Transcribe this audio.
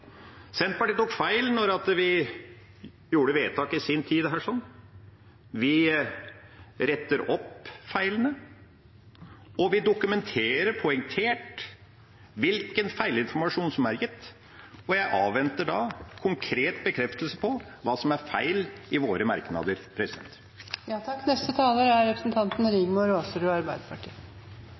Senterpartiet tok feil da vi gjorde vedtak her i sin tid. Vi retter opp feilene, og vi dokumenterer poengtert hvilken feilinformasjon som er gitt. Jeg avventer konkret bekreftelse på hva som er feil i våre merknader. For Arbeiderpartiets del har representanten